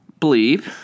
bleep